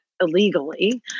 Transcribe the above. illegally